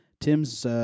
Tim's